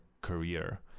career